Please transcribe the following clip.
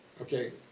Okay